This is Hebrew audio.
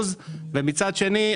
מצד שני,